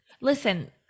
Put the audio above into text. Listen